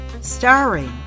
Starring